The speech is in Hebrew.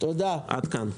עד כאן.